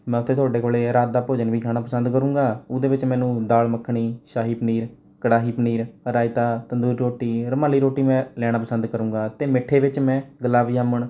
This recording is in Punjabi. ਮੈਂ ਉੱਥੇ ਤੁਹਾਡੇ ਕੋਲ ਰਾਤ ਦਾ ਭੋਜਨ ਵੀ ਖਾਣਾ ਪਸੰਦ ਕਰੂੰਗਾ ਉਹਦੇ ਵਿੱਚ ਮੈਨੂੰ ਦਾਲ ਮੱਖਣੀ ਸ਼ਾਹੀ ਪਨੀਰ ਕੜਾਹੀ ਪਨੀਰ ਰਾਇਤਾ ਤੰਦੂਰੀ ਰੋਟੀ ਰੁਮਾਲੀ ਰੋਟੀ ਮੈਂ ਲੈਣਾ ਪਸੰਦ ਕਰੂੰਗਾ ਅਤੇ ਮਿੱਠੇ ਵਿੱਚ ਮੈਂ ਗੁਲਾਬ ਜਾਮੁਨ